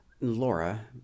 Laura